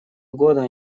года